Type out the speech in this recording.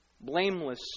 Blameless